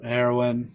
Heroin